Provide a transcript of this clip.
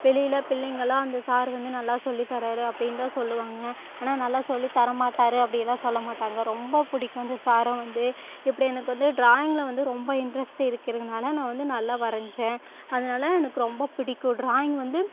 வெளியில் பிள்ளைங்கெல்லாம் அந்த சார் வந்து நல்லா சொல்லித்தரார் அப்படின்னு தான் சொல்லுவாங்க ஆனால் நல்லா சொல்லித்தரமாட்டார் அப்படியெல்லாம் சொல்ல மாட்டாங்க ரொம்ப பிடிக்கும் அந்த சாரை வந்து இப்படி எனக்கு வந்து டிராயிங்கில் வந்து ரொம்ப இன்ட்ரஸ்ட் இருக்கிறதுங்னால் நான் வந்து நல்லா வரைஞ்சேன் அதனால எனக்கு ரொம்ப பிடிக்கும் டிராயிங் வந்து